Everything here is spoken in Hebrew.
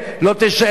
ולא רוב יהודי.